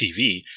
TV